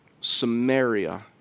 Samaria